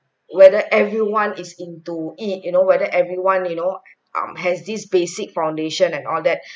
whether everyone is into it you know whether everyone you know um has these basic foundation and all that